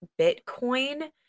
Bitcoin